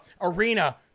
arena